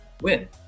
Win